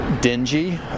dingy